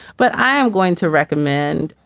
but i am going to recommend,